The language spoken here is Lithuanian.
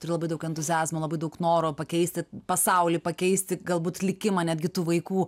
turi labai daug entuziazmo labai daug noro pakeisti pasaulį pakeisti galbūt likimą netgi tų vaikų